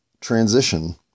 transition